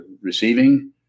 receiving